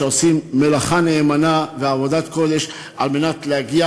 שעושים מלאכה נאמנה ועבודת קודש על מנת להגיע